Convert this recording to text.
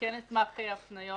כן אשמח לקבל הפניות.